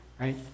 right